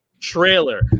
trailer